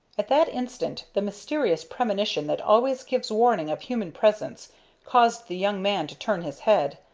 at that instant the mysterious premonition that always gives warning of human presence caused the young man to turn his head.